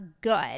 good